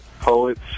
Poets